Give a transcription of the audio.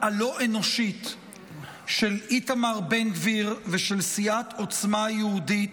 הלא-אנושית של איתמר בן גביר ושל סיעת עוצמה יהודית,